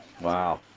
Wow